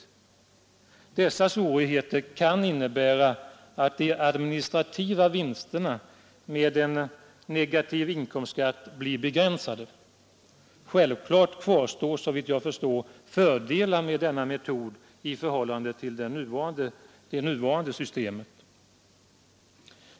Dessa svårigheter kan innebära att de administrativa vinsterna med en negativ inkomstskatt blir begränsade. Självklart kvarstår, såvitt jag förstår, en rad fördelar med denna metod i förhållande till det nuvarande systemet.